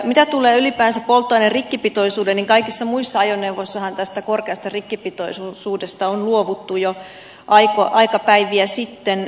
mitä tulee ylipäänsä polttoaineen rikkipitoisuuteen niin kaikissa muissa ajoneuvoissahan tästä korkeasta rikkipitoisuudesta on luovuttu jo aikapäiviä sitten